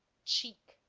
cheek